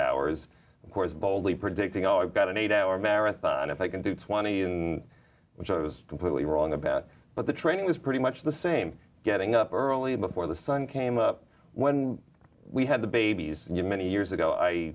hours of course boldly predicting oh i've got an eight hour marathon if i can do twenty and which i was completely wrong about but the training was pretty much the same getting up early before the sun came up when we had the babies and you many years ago i